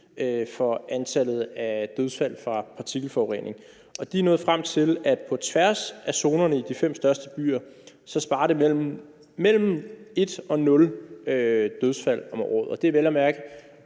for antallet af dødsfald fra partikelforurening. Og de er nået frem til, at på tværs af zonerne i de fem største byer sparer det os for mellem 1 og 0 dødsfald om året. Og det er vel at mærke